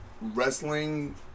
wrestling